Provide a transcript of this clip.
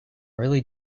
really